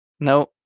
No